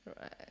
Right